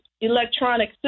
electronic